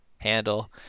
handle